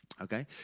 okay